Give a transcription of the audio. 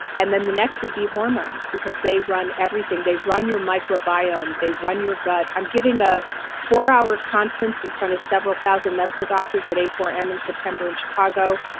and then the next would be hormones because they run everything. they run your microbiome. they run your gut. i'm giving a four hour conference in front of several thousand medical doctors at a four m in september in chicago.